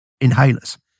inhalers